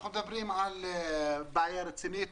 אנחנו מדברים על בעיה רצינית,